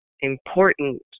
important